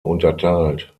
unterteilt